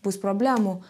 bus problemų